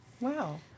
Wow